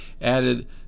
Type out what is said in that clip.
added